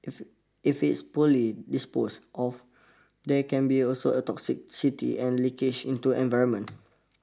if it's poorly disposed of there can be also toxicity and leakage into the environment